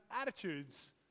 attitudes